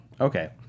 Okay